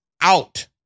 out